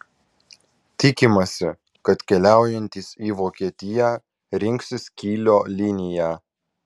tikimasi kad keliaujantys į vokietiją rinksis kylio liniją